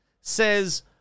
says